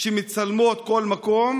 שמצלמות כל מקום.